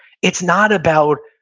it's not about